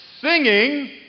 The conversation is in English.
singing